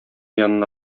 янына